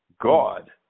God